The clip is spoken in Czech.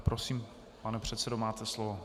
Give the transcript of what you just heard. Prosím, pane předsedo, máte slovo.